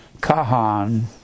Kahan